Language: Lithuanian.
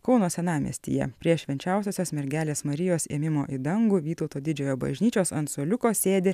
kauno senamiestyje prie švenčiausiosios mergelės marijos ėmimo į dangų vytauto didžiojo bažnyčios ant suoliuko sėdi